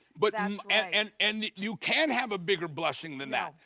but um and and you can have a bigger blessing than that.